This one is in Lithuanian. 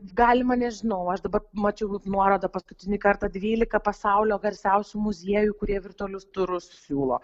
galima nežinau aš dabar mačiau nuorodą paskutinį kartą dvylika pasaulio garsiausių muziejų kurie virtualius turus siūlo